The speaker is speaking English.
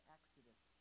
Exodus